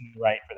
Right